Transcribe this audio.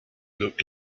look